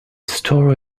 story